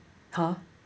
!huh!